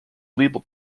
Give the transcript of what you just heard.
legal